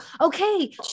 Okay